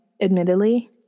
admittedly